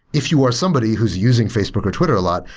if you're somebody who is using facebook or twitter a lot,